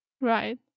Right